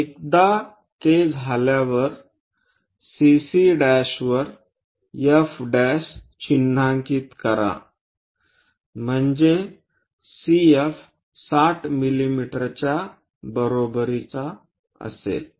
एकदा ते झाल्यावर CC' वर F चिन्हांकित करा म्हणजे CF 60 मिमीच्या बरोबरीचे असेल